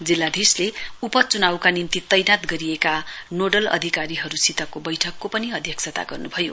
जिल्लाधीशले उपचुनाउका निम्ति तैनात गरिएका नोडल अधिकारीहरूसितको बैठकको पनि अध्यक्षता गर्नू भयो